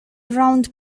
round